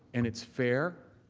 and it is fair,